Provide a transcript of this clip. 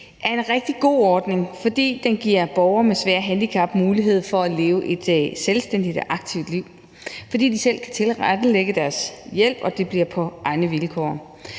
er en rigtig god ordning, som giver borgere med svære handicap mulighed for at leve et selvstændigt og aktivt liv, fordi de selv kan tilrettelægge deres hjælp og det bliver på egne vilkår.